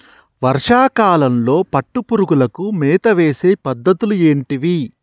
వర్షా కాలంలో పట్టు పురుగులకు మేత వేసే పద్ధతులు ఏంటివి?